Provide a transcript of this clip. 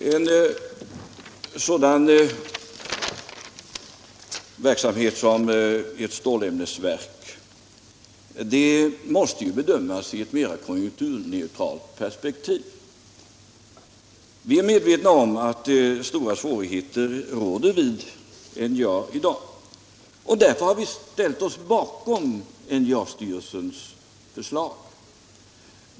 Herr talman! Ett sådant projekt som ett stålämnesverk måste bedömas i ett mer konjunkturneutralt perspektiv. Vi är medvetna om att stora svårigheter råder vid NJA i dag. Därför har vi ställt oss bakom NJA styrelsens förslag.